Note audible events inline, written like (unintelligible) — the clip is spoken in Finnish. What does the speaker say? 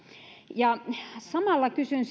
samalla kysyn (unintelligible)